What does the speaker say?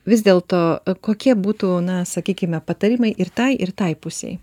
vis dėlto kokie būtų na sakykime patarimai ir tai ir tai pusei